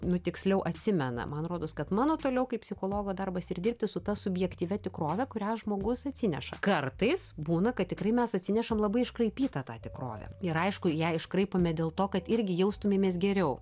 nu tiksliau atsimena man rodos kad mano toliau kaip psichologo darbas ir dirbti su ta subjektyvia tikrove kurią žmogus atsineša kartais būna kad tikrai mes atsinešam labai iškraipytą tą tikrovę ir aišku ją iškraipome dėl to kad irgi jaustumėmės geriau